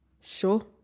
Sure